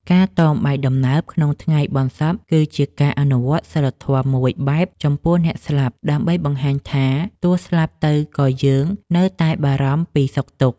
ការតមបាយដំណើបក្នុងថ្ងៃបុណ្យសព គឺជាការអនុវត្តសីលធម៌មួយបែបចំពោះអ្នកស្លាប់ ដើម្បីបង្ហាញថាទោះស្លាប់ទៅក៏យើងនៅតែបារម្ភពីសុខទុក្ខ។